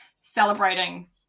celebrating